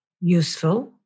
useful